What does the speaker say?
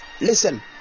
listen